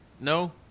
No